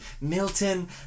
Milton